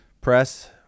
press